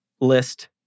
list